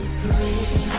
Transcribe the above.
free